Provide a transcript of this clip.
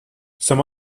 some